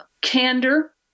candor